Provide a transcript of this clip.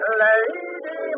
lady